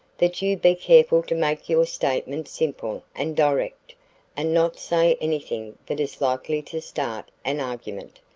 that you be careful to make your statement simple and direct and not say anything that is likely to start an argument.